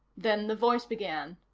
then the voice began.